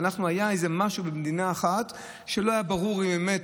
היה איזה משהו במדינה אחת שלא היה ברור אם באמת,